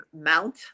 mount